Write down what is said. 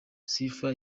sifa